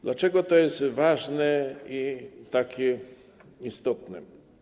Dlaczego to jest ważne i takie istotne?